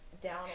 down